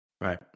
Right